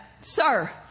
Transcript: Sir